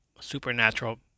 supernatural